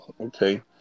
okay